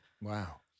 Wow